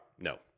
No